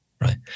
right